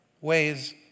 ways